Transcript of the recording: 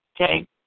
okay